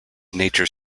nature